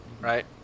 right